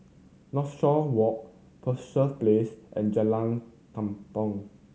Northshore Walk Penshurst Place and Jalan Tampang